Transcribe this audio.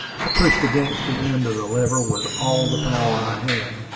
i pushed against the end of the lever with all the power i had.